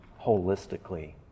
holistically